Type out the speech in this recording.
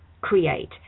create